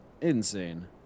insane